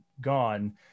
gone